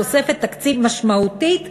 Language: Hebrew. תוספת תקציב משמעתית שתאפשר,